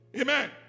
Amen